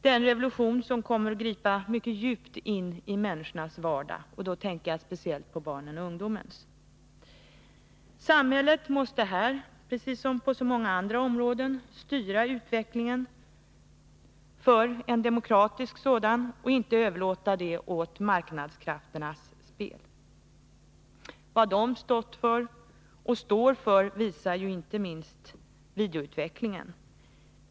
Det är en revolution som kommer att gripa mycket djupt in i människornas vardag, och då tänker jag särskilt på barnens och ungdomens. Samhället måste här, som på så många andra områden, styra utvecklingen för att få en demokratisk sådan, och inte överlåta detta åt marknadskrafternas spel. Vad dessa stått och står för visar ju inte minst videoutvecklingen.